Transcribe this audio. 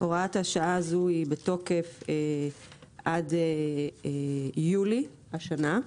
הוראת השעה הזאת היא בתוקף עד יולי השנה.